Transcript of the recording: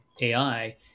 AI